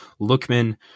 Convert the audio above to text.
Lookman